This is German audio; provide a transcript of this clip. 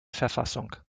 verfassung